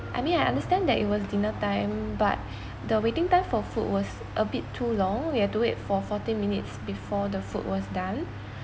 I mean I understand that it was dinner time but the waiting time for food was a bit too long we had to wait for forty minutes before the food was done